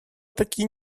таки